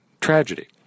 tragedy